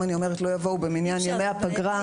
אם אני לא אומרת: לא יבואו במניין ימי הפגרה,